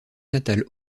natale